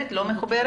ואני חברת ועד בעמותת